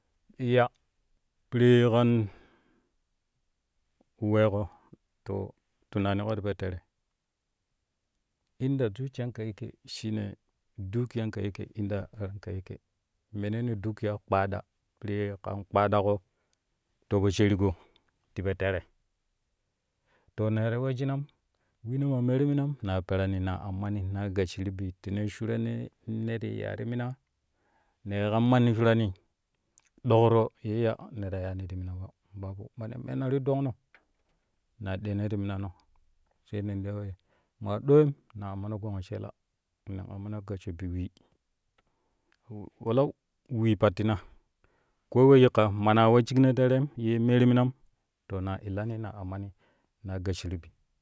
Ya piree kan weeƙo to tunaniƙo te po tere inda dukuyanka take shine dukiyanke yake in da ranka yake menene dukiya kpaɗa piree kan kpadako to po shaariƙo ti po tere to nee ti wejinam weeno maa meeru minam naa perani naa ammani naa gasshuru bi tene shuran nee ne ti ya ti mina ba babu mane meena ti dongno na ɗeeno ti minano sau nen tiya wen maa ɗowem naa ammono gongo cheela non amminai gassho bi wee o palau wee pattuna koo we yikka mana wa shikno terem ye meeru minam to naa illani naa ammani naa gasshuru bi.